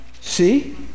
See